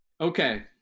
Okay